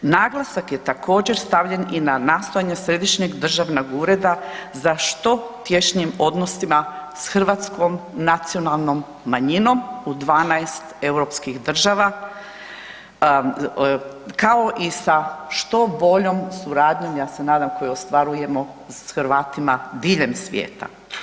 Naglasak je, također, stavljen i na nastojanja Središnjeg državnog ureda za što tješnjim odnosima s hrvatskom nacionalnom manjinom u 12 europskih država, kao i sa što boljom suradnjom, ja se nadam, koju ostvarujemo s Hrvatima diljem svijeta.